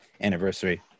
anniversary